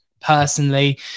personally